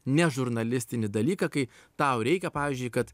ne žurnalistinį dalyką kai tau reikia pavyzdžiui kad